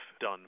done